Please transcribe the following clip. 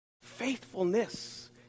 faithfulness